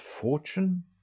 fortune